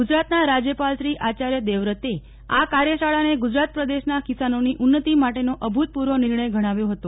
ગુજરાતના રાજ્યપાલ શ્રી આચાર્ય દેવવ્રતે આ કાર્યશાળાને ગુજરાત પ્રદેશના કિસાનોની ઉન્નતિ માટેનો અભૂતપૂર્વ નિર્ણય ગણાવ્યો હતો